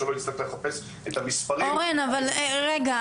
שלא יצטרך לחפש את המספרים -- אורן אבל רגע,